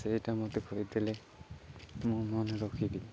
ସେହିଟା ମୋତେ କହିଦେଇଥିଲେ ମୁଁ ମନ ରଖିଲି